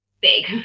big